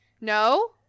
No